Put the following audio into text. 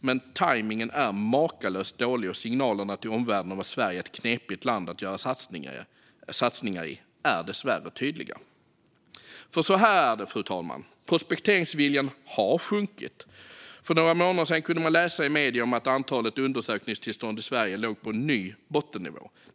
Men tajmningen är makalöst dålig, och signalerna till omvärlden om att Sverige är ett knepigt land att göra satsningar i är dessvärre tydliga. Fru talman! Prospekteringsviljan har nämligen sjunkit. För några månader sedan kunde man läsa i medierna att antalet undersökningstillstånd i Sverige låg på en ny bottennivå.